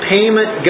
Payment